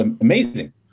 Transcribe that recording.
amazing